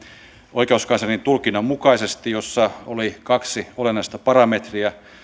oikeuskanslerin tulkinnan mukaisesti jossa oli kaksi olennaista parametriä